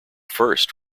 first